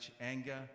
anger